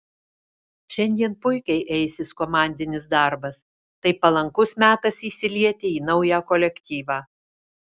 šiandien puikiai eisis komandinis darbas tai palankus metas įsilieti į naują kolektyvą